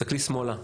תסתכלי שמאלה.